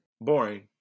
Boring